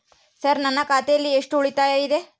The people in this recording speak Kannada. ಸರ್ ನನ್ನ ಖಾತೆಯಲ್ಲಿ ಎಷ್ಟು ಉಳಿತಾಯ ಇದೆ?